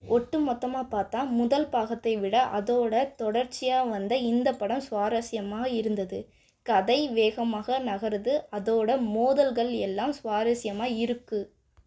ஒட்டு மொத்தமாக பார்த்தா முதல் பாகத்தை விட அதோடய தொடர்ச்சியாக வந்த இந்த படம் சுவாரஸ்யமாக இருந்தது கதை வேகமாக நகருது அதோடய மோதல்கள் எல்லாம் சுவாரஸ்யமாக இருக்குது